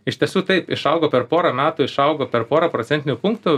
iš tiesų taip išaugo per porą metų išaugo per porą procentinių punktų